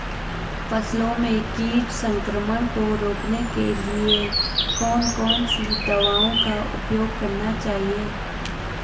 फसलों में कीट संक्रमण को रोकने के लिए कौन कौन सी दवाओं का उपयोग करना चाहिए?